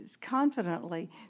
confidently